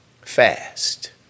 fast